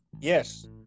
yes